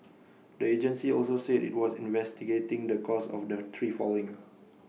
the agency also said IT was investigating the cause of the tree falling